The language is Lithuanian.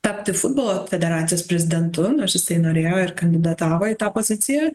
tapti futbolo federacijos prezidentu nors jisai norėjo ir kandidatavo į tą poziciją